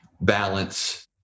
balance